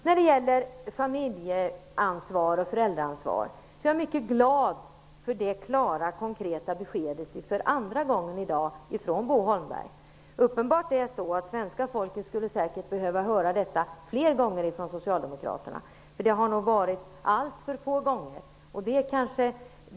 Vidare var det familje och föräldraansvaret. Jag är glad för det för andra gången i dag klara konkreta beskedet från Bo Holmberg. Uppenbart är det så att svenska folket skulle behöva höra detta flera gånger från Socialdemokraterna. Det har nog varit alltför få gånger.